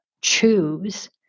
choose